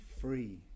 free